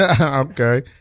Okay